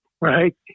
Right